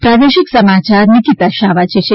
પ્રાદેશિક સમાયાર નિકિતા શાહ્ વાંચ છે